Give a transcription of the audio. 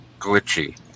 glitchy